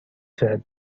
said